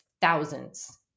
thousands